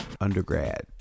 undergrad